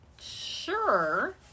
Sure